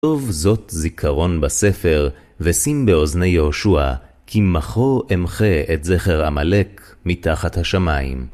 טוב זאת זיכרון בספר, ושים באוזני יהושע, כי מכו אמחה את זכר המלך מתחת השמיים.